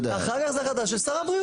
אתה יודע אחר כך זה החלטה של שר הבריאות.